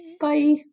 Bye